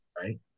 right